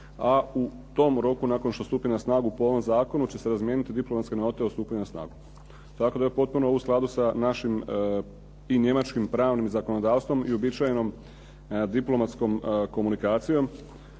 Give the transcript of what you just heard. A u tom roku nakon što stupi na snagu po ovom zakonu će se razmijeniti diplomatske note o stupanja na snagu. Tako da je ovo potpuno u skladu sa našim i njemačkim pravim zakonodavstvom i uobičajenom diplomatskom komunikacijom.